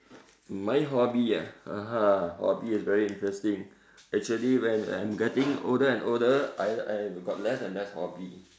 my hobby ah (uh huh) hobby is very interesting actually when I'm getting older and older I've I've got less and less hobby